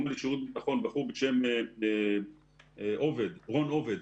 בחור בשם רון עובד,